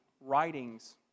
writings